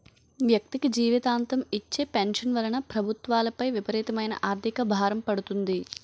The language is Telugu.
వ్యక్తికి జీవితాంతం ఇచ్చే పెన్షన్ వలన ప్రభుత్వాలపై విపరీతమైన ఆర్థిక భారం పడుతుంది